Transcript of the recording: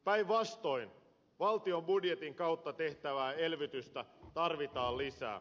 päinvastoin valtion budjetin kautta tehtävää elvytystä tarvitaan lisää